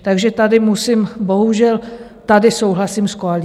Takže tady musím, bohužel, tady souhlasím s koalicí.